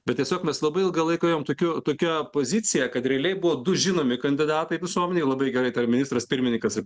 bet tiesiog mes labai ilgą laiką ėjom tokiu tokia pozicija kad realiai buvo du žinomi kandidatai visuomenėj labai gerai tai yra ministras pirmininkas ir